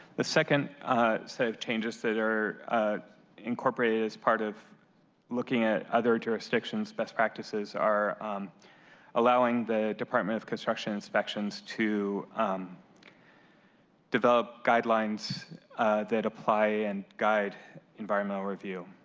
the second set of changes that are incorporated as part of looking at other jurisdictions' best practices, are allowing the department of construction to um develop guidelines that apply and guide environmental review.